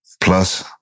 Plus